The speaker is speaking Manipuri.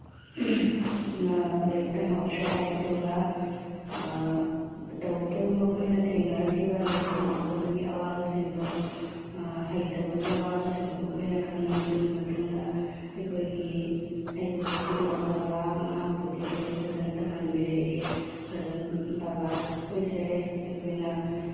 ꯂꯥꯏꯔꯤꯛ ꯇꯝꯍꯧꯗ꯭ꯔꯦ ꯍꯥꯏ ꯑꯗꯨꯒ ꯇꯧꯕꯇꯕꯨ ꯃꯈꯣꯏꯅ ꯊꯦꯡꯅꯔꯛꯈꯤꯕ ꯂꯥꯏꯔꯤꯛ ꯇꯝꯍꯧꯗꯕꯒꯤ ꯑꯋꯥꯕꯁꯤꯡꯗꯣ ꯍꯩꯇꯕꯒꯤ ꯑꯋꯥꯕꯁꯤꯡꯗꯣ ꯃꯈꯣꯏꯅ ꯈꯪꯉꯤ ꯑꯗꯨꯒꯤ ꯃꯇꯨꯡꯗ ꯑꯩꯈꯣꯏꯒꯤ ꯑꯩꯕꯨ ꯄꯣꯛꯄꯤꯕ ꯕꯕꯥ ꯃꯍꯥꯛꯄꯨꯗꯤ ꯂꯥꯏꯔꯤꯛ ꯐꯖꯅ ꯇꯝꯍꯟꯕꯤꯔꯛꯏ ꯕꯕꯥꯈꯣꯏꯁꯦ ꯑꯩꯈꯣꯏꯅ